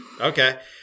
Okay